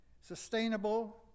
sustainable